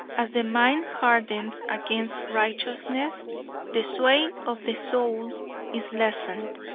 as the mind hardens against righteousness the sway of the soul is lessened,